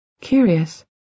Curious